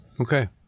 Okay